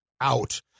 out